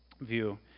view